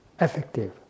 effective